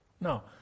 Now